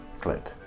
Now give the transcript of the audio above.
clip